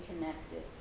connected